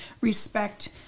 respect